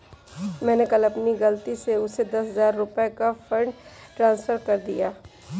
मैंने कल अपनी गलती से उसे दस हजार रुपया का फ़ंड ट्रांस्फर कर दिया